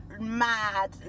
mad